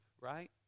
right